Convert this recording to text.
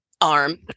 arm